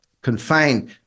confined